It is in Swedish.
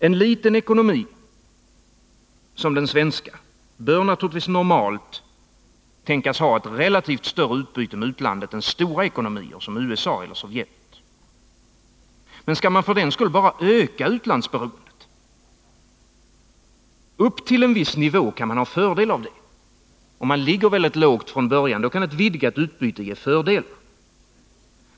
En liten ekonomi som den svenska bör normalt ha ett relativt större utbyte med utlandet än stora ekonomier som USA:s eller Sovjets. Men skall man för den skull bara öka utlandsberoendet? Upp till en viss nivå kan man ha fördel av det. Om man från början ligger väldigt lågt kan ett vidgat utbyte ge fördelar.